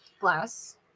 glass